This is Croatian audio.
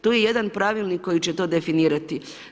Tu je jedan pravilnik koji će to definirati.